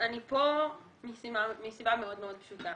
אני פה מסיבה מאוד פשוטה.